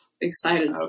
excited